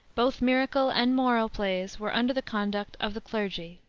both miracle and moral plays were under the conduct of the clergy.